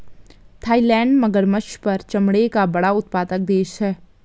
Thailand मगरमच्छ पर चमड़े का बड़ा उत्पादक देश है